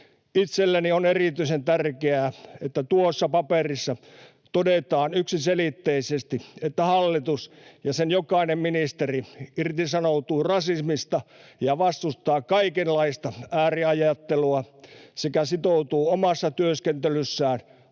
Itselleni on erityisen tärkeää, että tuossa paperissa todetaan yksiselitteisesti, että hallitus ja sen jokainen ministeri irtisanoutuvat rasismista ja vastustavat kaikenlaista ääriajattelua sekä sitoutuvat omassa työskentelyssään